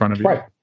Right